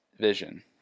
Vision